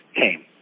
came